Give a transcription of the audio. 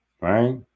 right